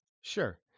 sure